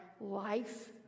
life